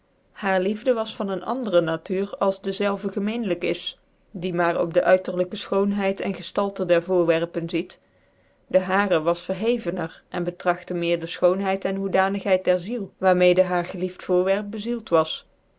haar liefde was van een andere natuur als dezelve gemeenlijk is die maar op de uiterlijke fchoonheid cn geftalte der voorwerpen ziet de haarc was verhevener en bctragtc meer de fchoonheid en hoedanigheid der ziel waar mecdc haar gelieft voorwerp bezield was